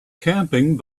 camping